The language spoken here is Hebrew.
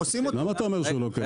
למה אתה אומר שזה לא קיים?